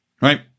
right